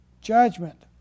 judgment